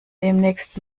demnächst